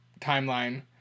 timeline